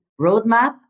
roadmap